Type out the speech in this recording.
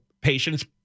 patients